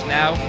now